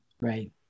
Right